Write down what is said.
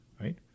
right